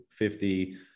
50